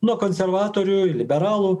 nuo konservatorių liberalų